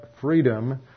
freedom